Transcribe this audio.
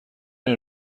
این